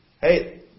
hey